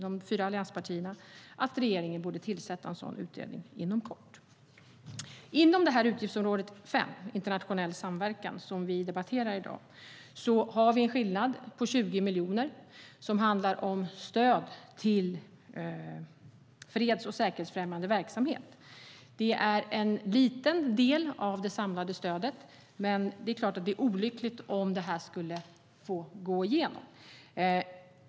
De fyra allianspartierna har också ett särskilt yttrande om det. Inom utgiftsområde 5 Internationell samverkan, som vi debatterar i dag, har vi en skillnad på 20 miljoner som handlar om stöd till freds och säkerhetsfrämjande verksamhet. Det är en liten del av det samlade stödet, men det vore förstås olyckligt om det skulle få gå igenom.